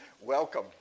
welcome